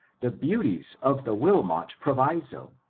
the beauties of the wilmot proviso,